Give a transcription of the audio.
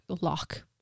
lock